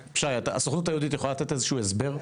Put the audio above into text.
שי, הסוכנות היהודית יכולה לתת איזה שהוא הסבר?